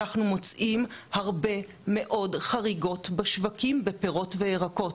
אנחנו מוצאים הרבה מאוד חריגות בשווקים בפירות וירקות,